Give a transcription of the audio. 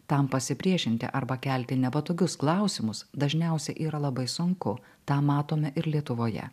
tam pasipriešinti arba kelti nepatogius klausimus dažniausiai yra labai sunku tą matome ir lietuvoje